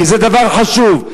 כי זה דבר חשוב,